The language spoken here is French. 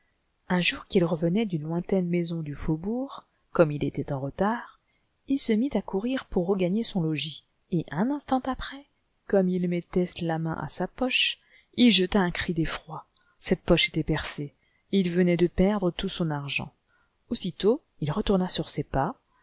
un jour qu'il revenait d'une lointaine maison du faubourg comme il était en retard il se mit à courir pour regagner son logis et un instant après comme il mettait la main à sa poche il jeta un cri d'effroi cette poche était percée et il venait de perdre tout son argent aussitôt il retourna sur ses pas